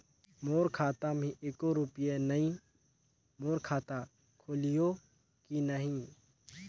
मोर खाता मे एको रुपिया नइ, मोर खाता खोलिहो की नहीं?